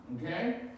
Okay